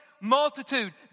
multitude